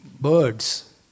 Birds